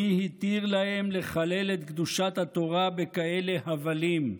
מי התיר להם לחלל את קדושת התורה בכאלה הבלים?